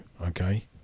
okay